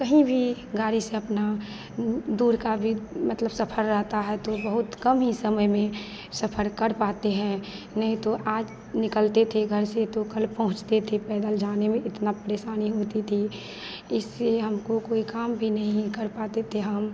कहीं भी गाड़ी से अपना दूर का भी मतलब सफर रहता है तो बहुत कम ही समय में सफर कर पाते हैं नहीं तो आज निकलते थे घर से तो कल पहुँचते थे पैदल जाने में इतनी परेशानी होती थी इससे हमको कोई काम भी नहीं कर पाते थे हम